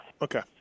okay